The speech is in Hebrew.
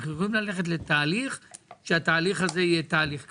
אנחנו יכולים ללכת לתהליך שהוא יהיה תהליך קבוע.